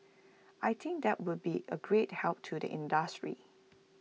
I think that will be A great help to the industry